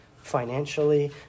financially